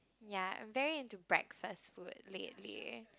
ya I'm there into breakfast food lately